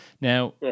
Now